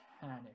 Panic